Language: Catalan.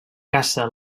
caça